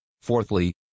fourthly